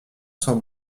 sans